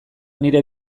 nire